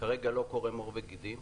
כרגע לא קורם עור וגידים.